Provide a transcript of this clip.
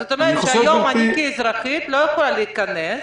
זאת אומרת שהיום אני כאזרחית לא יכולה להיכנס,